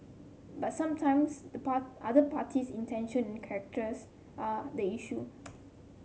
but sometimes the other party's intention and characters are the issue